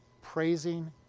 Praising